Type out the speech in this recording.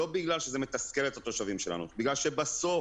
לא בגלל שזה מתסכל את התושבים שלנו בגלל שבסוף